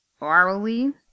orally